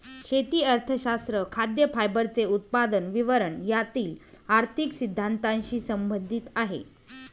शेती अर्थशास्त्र खाद्य, फायबरचे उत्पादन, वितरण यातील आर्थिक सिद्धांतानशी संबंधित आहे